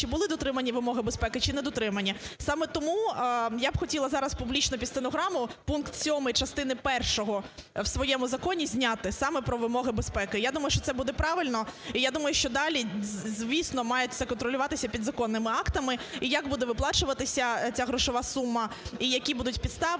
чи були дотримані вимоги безпеки, чи не дотримані. Саме тому я б хотіла зараз публічно під стенограму пункт 7-й частини першої в своєму законі зняти, саме про вимоги безпеки. Я думаю, що це буде правильно. І я думаю, що далі, звісно, має це контролюватися підзаконними актами, і як буде виплачуватися ця грошова сума, і які будуть підстави,